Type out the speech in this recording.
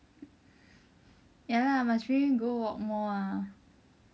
ya lah must really go walk more ah